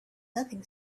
nothing